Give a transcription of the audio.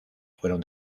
fueron